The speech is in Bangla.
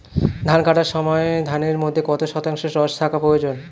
ধান কাটার সময় ধানের মধ্যে কত শতাংশ রস থাকা প্রয়োজন?